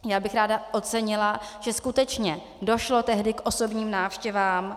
Já bych ráda ocenila, že skutečně došlo tehdy k osobním návštěvám.